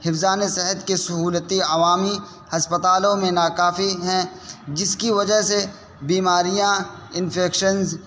حفظان صحت کی سہولتی عوامی ہسپتالوں میں ناکافی ہیں جس کی وجہ سے بیماریاں انفکشنز